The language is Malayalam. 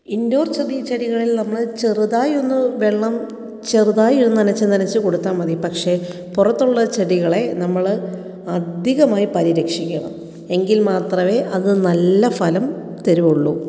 ഇന്ഡോര് ചെറ് ചെടികളില് നമ്മൾ ചെറുതായി ഒന്ന് വെള്ളം ചെറുതായി ഒന്ന് നനച്ചു നനച്ചു കൊടുത്താൽ മതി പക്ഷേ പുറത്തുള്ള ചെടികളെ നമ്മൾ അധികമായി പരിരക്ഷിക്കണം എങ്കില് മാത്രമേ അത് നല്ല ഫലം തരികയുള്ളൂ